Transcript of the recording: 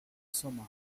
summer